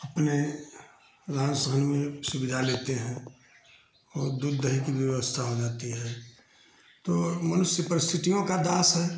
अपने रहन सहन में सुविधा लेते हैं और दूध दही की व्यवस्था हो जाती है तो मनुष्य परिस्थितियों का दास है